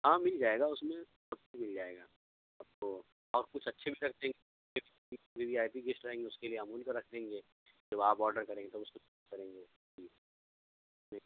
ہاں مل جائے گا اس میں سب کچھ مل جائے گا آپ کو اور کچھ اچھے بھی رکھ دیں گے وی وی آئی پی گیسٹ آئیں گے اس کے لیے امول کا رکھ دیں گے جب آپ آڈر کریں گے تو کریں گے